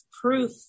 proof